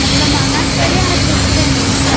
मतलब महंगा चाहिये या सस्ते में